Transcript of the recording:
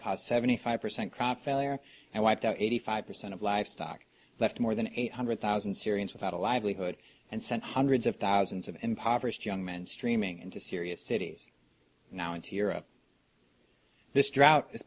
caused seventy five percent crop failure and wiped out eighty five percent of livestock left more than eight hundred thousand syrians without a livelihood and sent hundreds of thousands of impoverished young men streaming into syria cities now into europe this drought is